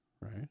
right